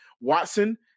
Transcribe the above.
Watson